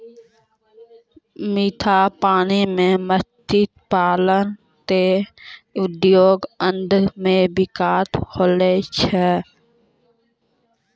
मीठा पानी मे मत्स्य पालन से उद्योग धंधा मे बिकास होलो छै